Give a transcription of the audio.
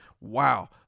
Wow